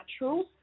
natural